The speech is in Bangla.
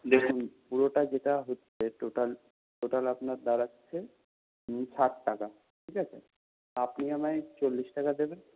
দেখুন পুরোটা যেটা হচ্ছে টোটাল টোটাল আপনার দাঁড়াচ্ছে ষাট টাকা ঠিক আছে আপনি আমায় চল্লিশ টাকা দেবেন